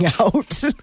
out